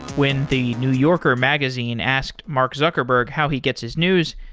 when the new yorker magazine asked mark zuckerberg how he gets his news.